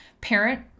parent